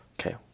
Okay